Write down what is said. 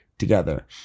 together